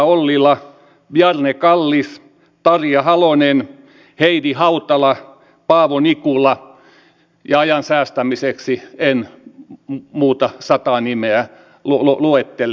ollila bjarne kallis tarja halonen heidi hautala paavo nikula ja ajan säästämiseksi en muuta sataa nimeä luettele